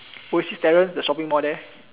oasis terrace the shopping mall there